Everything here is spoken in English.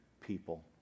people